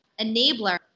enabler